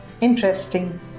interesting